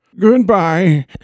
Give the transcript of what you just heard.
Goodbye